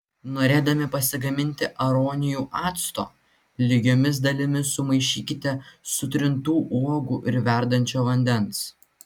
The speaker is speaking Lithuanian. norėdami pasigaminti aronijų acto lygiomis dalimis sumaišykite sutrintų uogų ir verdančio vandens